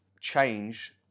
change